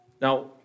Now